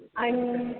आणि